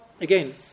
again